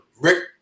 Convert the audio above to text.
Rick